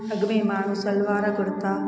अॻिमें माण्हू सलवार कुर्ता